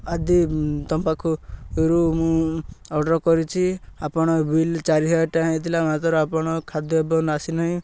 ଆଦି ତୁମ ପାଖରୁ ମୁଁ ଅର୍ଡ଼ର୍ କରିଛି ଆପଣ ବିଲ୍ ଚାରି ହଜାର ଟଙ୍କା ହେଇଥିଲା ମାତ୍ର ଆପଣ ଖାଦ୍ୟ ଏବେ ଆସିନାହିଁ